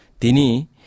Dini